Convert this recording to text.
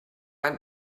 ein